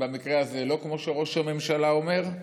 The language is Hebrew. במקרה הזה, לא כמו שראש הממשלה אומר,